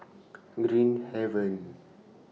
Green Haven